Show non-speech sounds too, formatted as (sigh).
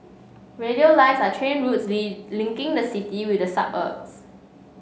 radial lines are train routes (unintelligible) linking the city with the suburbs